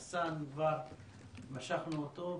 את חסאן כבר משכנו ומשכנו.